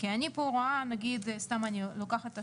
כי אני פה רואה, נגיד סתם אני לוקחת השוואה.